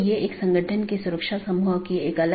ये IBGP हैं और बहार वाले EBGP हैं